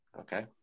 Okay